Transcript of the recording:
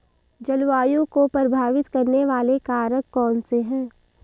जलवायु को प्रभावित करने वाले कारक कौनसे हैं?